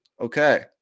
Okay